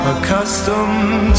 Accustomed